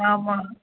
ஆமாம்